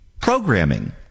programming